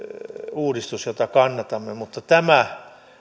uudistus jota kannatamme mutta tämä